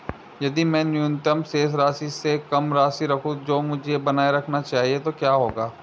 यदि मैं न्यूनतम शेष राशि से कम राशि रखूं जो मुझे बनाए रखना चाहिए तो क्या होगा?